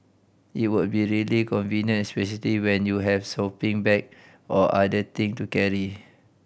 it would be really convenient especially when you have shopping bag or other thing to carry